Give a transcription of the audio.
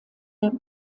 der